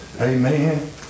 Amen